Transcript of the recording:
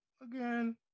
again